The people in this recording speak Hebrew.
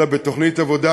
אלא בתוכנית עבודה,